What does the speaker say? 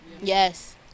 Yes